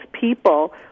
people